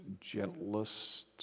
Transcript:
gentlest